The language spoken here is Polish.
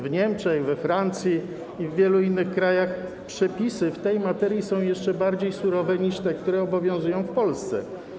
W Niemczech, we Francji i w wielu innych krajach przepisy w tej materii są jeszcze bardziej surowe niż te, które obowiązują w Polsce.